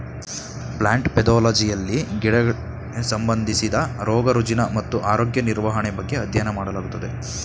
plant ಪೆದೊಲಜಿಯಲ್ಲಿ ಗಿಡಗಳಿಗೆ ಸಂಬಂಧಿಸಿದ ರೋಗ ರುಜಿನ ಮತ್ತು ಆರೋಗ್ಯ ನಿರ್ವಹಣೆ ಬಗ್ಗೆ ಅಧ್ಯಯನ ಮಾಡಲಾಗುತ್ತದೆ